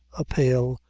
a pale,